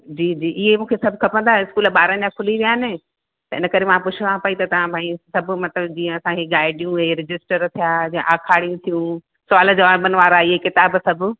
जी जी इहे मूंखे सभु खपंदा स्कूल ॿारनि जा खुली विया आहिनि त हिन करे मां पुछां पई त तव्हां भई सभु मतिलबु जीअं असां हीअ गाइडूं हीअ रजिस्टर थिया या आखाणियूं थियूं सुवाल ज़वाबनि वारा इहे किताब सभु